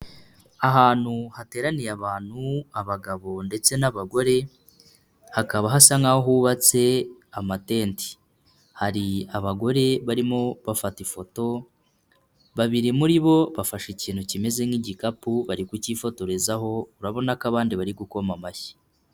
Ahantu hateraniye abantu abagabo ndetse n'abagore, hakaba hasa nkaho hubatse amatente, hari abagore barimo bafata ifoto babiri muri bo bafashe ikintu kimeze nk'igikapu bari kukifotorezaho urabona ko abandi bari gukoma amashyi.